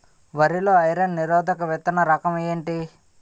వరి లో ఐరన్ నిరోధక విత్తన రకం ఏంటి?